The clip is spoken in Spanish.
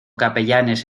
capellanes